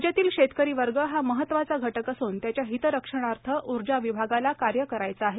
राज्यातील शेतकरी वर्ग हा महत्वाचा घटक असून त्याच्या हितरक्षणार्थ ऊर्जा विभागाला कार्य करावयाचे आहे